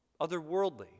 otherworldly